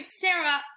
sarah